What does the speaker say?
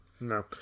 No